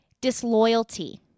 disloyalty